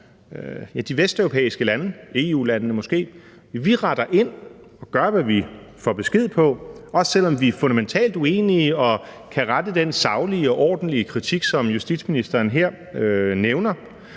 de vesteuropæiske lande, måske EU-landene – retter ind og gør, hvad vi får besked på, også selv om vi er fundamentalt uenige og kan rette den saglige og ordentlige kritik, som justitsministeren her nævner,